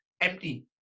empty